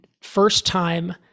first-time